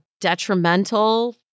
detrimental